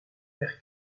faire